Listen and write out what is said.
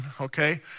okay